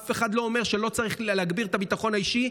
אף אחד לא אומר שלא צריך להגביר את הביטחון האישי.